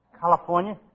California